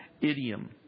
idiom